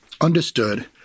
understood